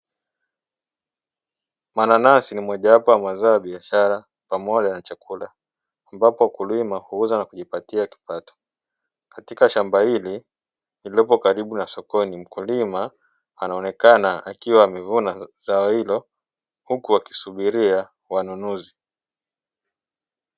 Mananasi ni moja wapo wa mazao ya biashara pamoja na chakula ambapo mkulima huuza na kujipatia kipato. Katika shamba hili lililopo karibu na sokoni, mkulima anaonekana akiwa amevuna zao hilo huku akisubiria wanunuzi.